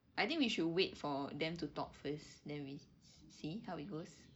I think we should wait for them to talk first then we see see how it goes